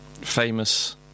famous